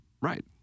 Right